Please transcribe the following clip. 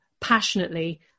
passionately